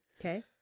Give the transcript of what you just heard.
Okay